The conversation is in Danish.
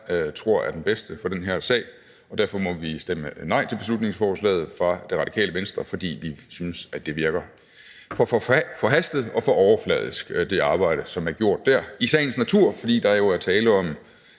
tror er den bedste for den her sag, og derfor må vi stemme nej til beslutningsforslaget fra Det Radikale Venstre. Vi synes, at det arbejde, som er gjort, virker for forhastet og for overfladisk – i sagens natur, fordi der jo er tale om